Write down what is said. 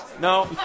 No